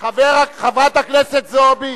חברת הכנסת זועבי.